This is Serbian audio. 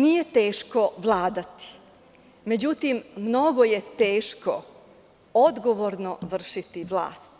Nije teško vladati, međutim, mnogo je teško odgovorno vršiti vlast,